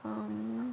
um